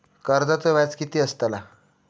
कर्जाचो व्याज कीती असताला?